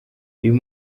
uyu